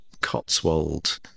Cotswold